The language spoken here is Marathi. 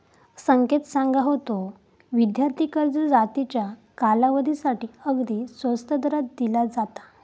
संकेत सांगा होतो, विद्यार्थी कर्ज जास्तीच्या कालावधीसाठी अगदी स्वस्त दरात दिला जाता